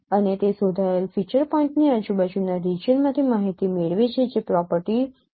અને તે શોધાયેલ ફીચર પોઇન્ટની આજુબાજુના રિજિયનમાંથી માહિતી મેળવે છે જે પ્રોપર્ટી હોવી જોઈએ